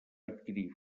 adquirir